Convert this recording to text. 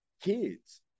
kids